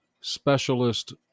specialist